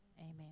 Amen